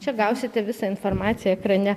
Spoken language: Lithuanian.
čia gausite visą informaciją ekrane